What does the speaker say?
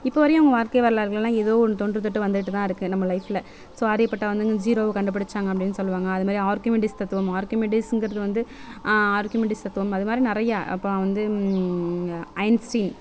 இப்போ வரையும் அவங்க வாழ்க்கை வரலாறுகளெலாம் ஏதோ ஒன்று தொன்று தொட்டு வந்துகிட்டுதான் இருக்குது நம்ம லைஃப்பில் ஸோ ஆரியப்பட்டா வந்து ஜீரோவை கண்டு பிடிச்சாங்க அப்படின் சொல்வாங்க அது மாதிரி ஆர்கிமெடிக்ஸ் தத்துவம் ஆர்கிமெடிக்ஸ்ஸுங்கிறது வந்து ஆர்கிமெடிக்ஸ் தத்துவம் அது மாதிரி நிறைய இப்போ வந்து அயன்ஸ்டீன்